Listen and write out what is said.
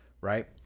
right